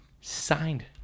Signed